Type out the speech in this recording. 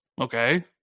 okay